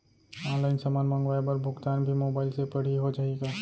Online समान मंगवाय बर भुगतान भी मोबाइल से पड़ही हो जाही का?